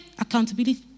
accountability